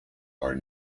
are